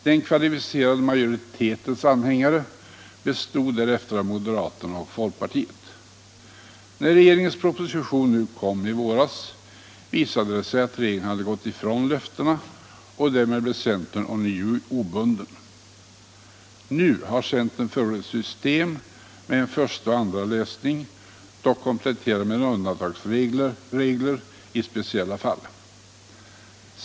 Den kvalificerade majoritetens anhängare När regeringens proposition kom nu i våras visade det sig att regeringen hade gått ifrån löftena, och därmed blev centern ånyo obunden. Nu har centern förordat ett system med en första och andra läsning, dock kompletterad med undantagsregler i speciella fall.